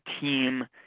team